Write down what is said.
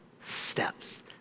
steps